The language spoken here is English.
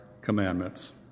commandments